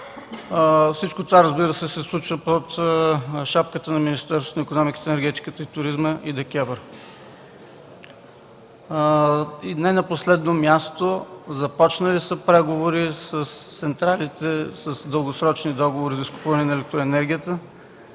Всичко това, разбира се, се случва под шапката на Министерството на икономиката, енергетиката и туризма и ДКЕВР. Не на последно място, започнати са преговори с централите с дългосрочни договори за изкупуване на електроенергията.